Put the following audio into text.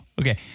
Okay